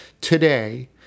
today